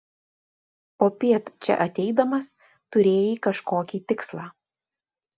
popiet čia ateidamas turėjai kažkokį tikslą